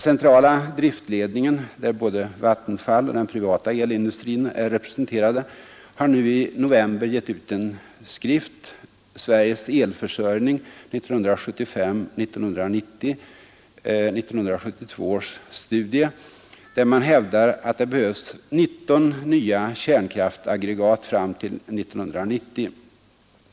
Centrala driftledningen, där både Vattenfall och den privata elindustrin är representerade, har nu i november gett ut en skrift, Sveriges elförsörjning 1975—1990, 1972 års studie, där man hävdar att det behövs 19 nya kärnkraftaggregat fram till 1990.